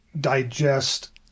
digest